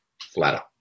flatter